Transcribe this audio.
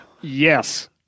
Yes